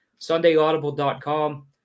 SundayAudible.com